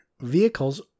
vehicles